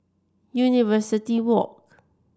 University Walk